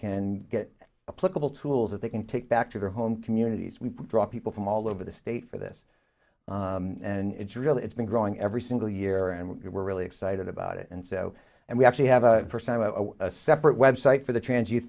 can get a political tools that they can take back to their home communities we draw people from all over the state for this and it's really it's been growing every single year and we're really excited about it and so and we actually have a separate website for the trans